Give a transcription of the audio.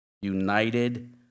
united